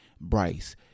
Bryce